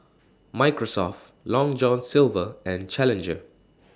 Microsoft Long John Silver and Challenger